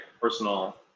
personal